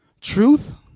Truth